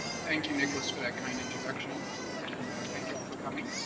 thank you nicholas for that kind introduction and thank you all for coming